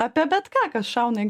apie bet ką kas šauna į